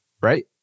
right